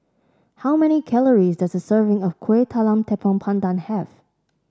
how many calories does a serving of Kueh Talam Tepong Pandan have